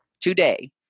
today